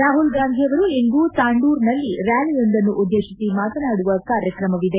ರಾಹುಲ್ಗಾಂಧಿ ಅವರು ಇಂದು ತಂಡೂರ್ನಲ್ಲಿ ರ್ಕಾಲಿಯೊಂದನ್ನು ಉದ್ದೇಶಿಸಿ ಮಾತನಾಡುವ ಕಾರ್ಯಕ್ರಮವಿದೆ